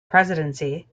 presidency